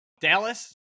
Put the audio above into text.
Dallas